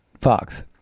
Fox